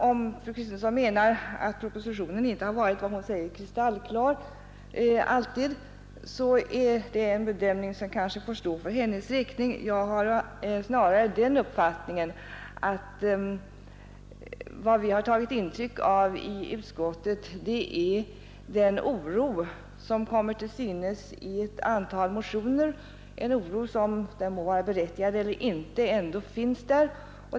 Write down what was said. Om fru Kristensson menar att propositionen inte alltid har varit vad hon kallar ”kristallklar”, så är det en bedömning som får stå för hennes räkning; jag har snarare den uppfattningen att vad vi har tagit intryck av i utskottet är den oro som kommer till synes i ett antal motioner, en oro som — den må vara berättigad eller inte — ändå finns där.